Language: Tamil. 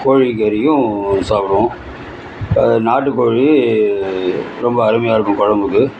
கோழிக்கறியும் சாப்புடுவோம் நாட்டுக்கோழி ரொம்ப அருமையாக இருக்கும் குழம்புக்கு